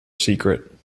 secret